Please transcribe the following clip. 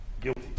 guilty